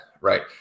right